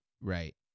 Right